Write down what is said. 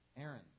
Aaron